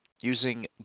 using